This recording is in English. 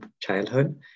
childhood